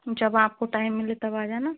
जब आपको टाइम मिले तब आ जाना